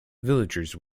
villagers